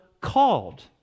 called